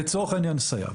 לצורך העניין סייע,